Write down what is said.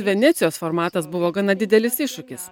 venecijos formatas buvo gana didelis iššūkis